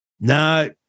No